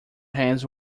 hands